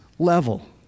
Level